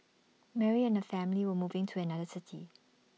Mary and her family were moving to another city